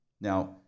Now